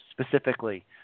specifically